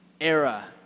era